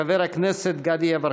חבר הכנסת גדי יברקן.